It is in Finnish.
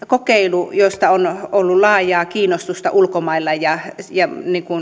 kokeilu johon on ollut laajaa kiinnostusta ulkomailla ja ja